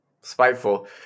Spiteful